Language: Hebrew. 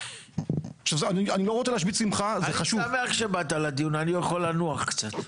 אני שמח שבאת לדיון, אני יכול לנוח קצת.